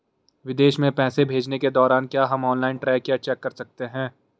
विदेश में पैसे भेजने के दौरान क्या हम ऑनलाइन ट्रैक या चेक कर सकते हैं?